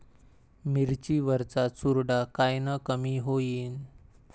मिरची वरचा चुरडा कायनं कमी होईन?